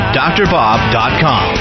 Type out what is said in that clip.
drbob.com